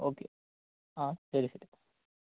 okay ആ ശരി